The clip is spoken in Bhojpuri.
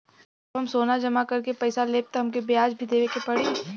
साहब हम सोना जमा करके पैसा लेब त हमके ब्याज भी देवे के पड़ी?